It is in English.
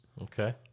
Okay